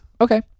Okay